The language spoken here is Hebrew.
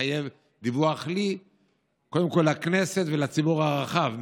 מחייב דיווח רק לי אלא קודם כול לכנסת ולציבור הרחב.